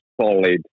solid